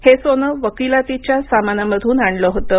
हे सोनं वकिलातीच्या सामानामधून आणलेलं होतं